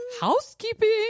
housekeeping